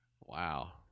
Wow